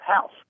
House